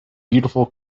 beautiful